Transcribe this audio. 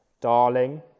darling